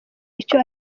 icyo